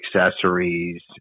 accessories